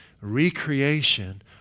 Recreation